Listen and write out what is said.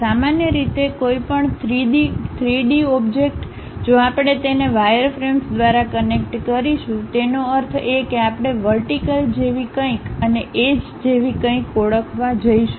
સામાન્ય રીતે કોઈપણ 3D ઓબ્જેક્ટ જો આપણે તેને વાયરફ્રેમ્સ દ્વારા કનેક્ટ કરીશું તેનો અર્થ એ કે આપણે વર્ટિકલ જેવી કંઈક અને એજ જેવી કંઈક ઓળખવા જઈશું